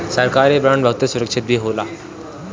सरकारी बांड बहुते सुरक्षित भी होला